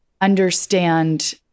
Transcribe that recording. understand